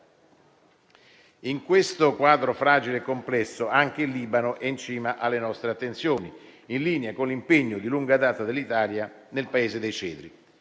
In questo quadro fragile e complesso anche il Libano è in cima alle nostre attenzioni, in linea con l'impegno di lunga data dell'Italia nel Paese dei cedri.